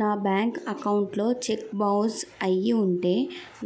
నా bank account లో cheque bounce అయ్యి ఉంటే